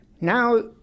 now